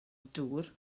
dŵr